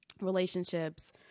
relationships